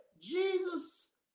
Jesus